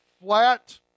flat